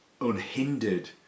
unhindered